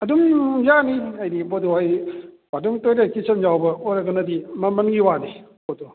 ꯑꯗꯨꯝ ꯌꯥꯅꯤ ꯍꯥꯏꯗꯤ ꯄꯣꯠꯇꯣ ꯍꯥꯏꯗꯤ ꯑꯗꯨꯝ ꯇꯣꯏꯂꯦꯠ ꯀꯤꯠꯆꯟ ꯌꯥꯎꯕ ꯑꯣꯏꯔꯒꯅꯗꯤ ꯃꯃꯟꯒꯤ ꯋꯥꯅꯤ ꯄꯣꯠꯇꯣ